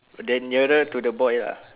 then nearer to the boy lah